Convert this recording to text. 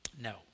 no